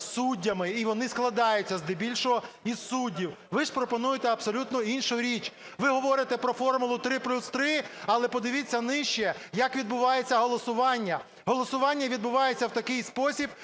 суддями, і вони складаються здебільшого із суддів. Ви ж пропонуєте абсолютно іншу річ. Ви говорите про формулу "три плюс три", але подивіться нижче, як відбувається голосування. Голосування відбувається в такий спосіб,